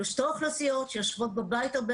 אלה שתי אוכלוסיות שיושבות בבית הרבה